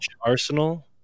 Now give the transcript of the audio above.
arsenal